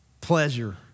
pleasure